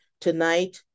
tonight